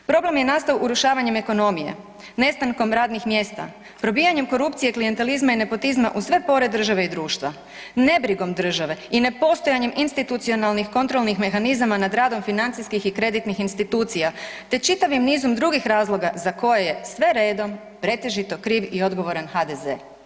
Problem je nastao urušavanjem ekonomije, nestankom radnih mjesta, probijanjem korupcije klijentelizma i nepotizma u sve pore države i društva, nebrigom države i nepostojanjem institucionalnih kontrolnih mehanizama nad radom financijskih i kreditnih institucija te čitavim nizom drugih razloga za koje je sve redom pretežito kriv i odgovoran HDZ.